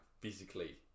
physically